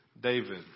David